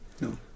No